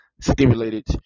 stimulated